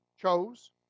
chose